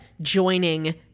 joining